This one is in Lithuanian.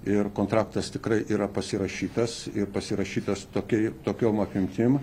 ir kontraktas tikrai yra pasirašytas ir pasirašytas tokiai tokiom apimtim